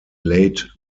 late